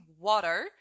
water